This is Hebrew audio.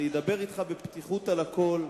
ואני אדבר אתך בפתיחות על הכול.